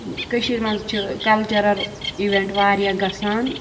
یہِ کٔشیٖر منٛز چھِ کَلچَرَل اِویٚنٛٹ وارِیاہ گَژھان